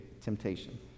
temptation